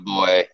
Boy